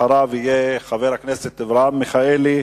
אחריו יהיה חבר הכנסת אברהם מיכאלי.